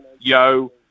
Yo